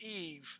Eve